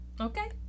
okay